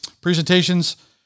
presentations